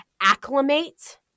acclimate